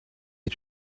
est